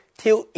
till